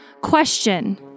question